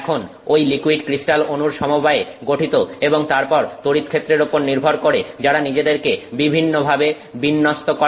এখন ঐ liquid crystal অনুর সমবায়ে গঠিত এবং তারপর তড়িৎক্ষেত্রের উপর নির্ভর করে যারা নিজেদেরকে বিভিন্নভাবে বিন্যস্ত করে